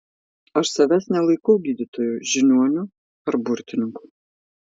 aš savęs nelaikau gydytoju žiniuoniu ar burtininku